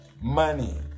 money